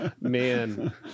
Man